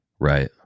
right